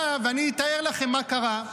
אני אתאר לכם מה קרה.